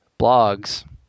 blogs